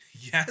Yes